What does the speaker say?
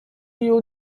you